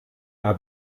are